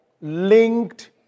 linked